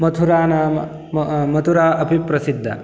मथुरा नाम मथुरा अपि प्रसिद्धा